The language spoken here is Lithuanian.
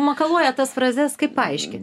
makaluoja tas frazes kai